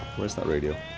where is that radio?